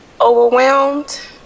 overwhelmed